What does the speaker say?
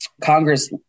Congress